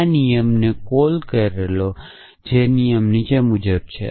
આ નિયમ ને કોલ કરેલો છે જે નિયમ નીચે મુજબ છે